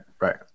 right